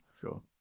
Sure